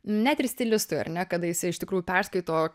net ir stilistui ar ne kada jisai iš tikrųjų perskaito